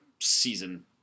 season